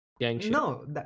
no